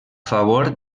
favor